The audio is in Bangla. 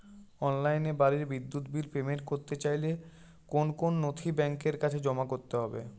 অনলাইনে বাড়ির বিদ্যুৎ বিল পেমেন্ট করতে চাইলে কোন কোন নথি ব্যাংকের কাছে জমা করতে হবে?